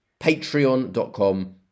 patreon.com